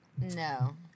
No